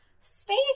space